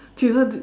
do you know the